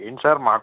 ఏంటి సార్ మాకు